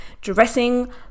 dressing